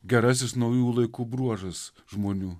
gerasis naujų laikų bruožas žmonių